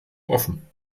offen